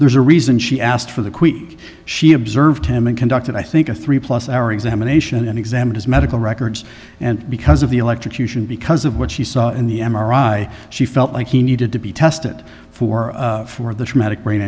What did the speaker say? there's a reason she asked for the quique she observed him in conducted i think a three plus our examination and examine his medical records and because of the electrocution because of what she saw in the m r i she felt like he needed to be tested for for the traumatic brain